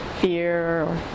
fear